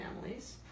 families